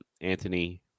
Anthony